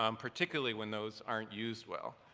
um particularly when those aren't used well,